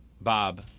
Bob